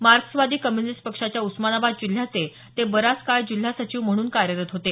माक्सेवादी communist पक्षाच्या उस्मानाबाद जिल्ह्याचे ते बराच काळ जिल्हा सचिव म्हणून कार्यरत होते